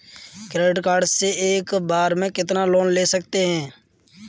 Credit card से एक बार में कितना लोन ले सकते हैं?